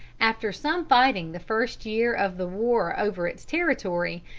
after some fighting the first year of the war over its territory,